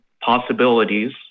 possibilities